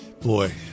Boy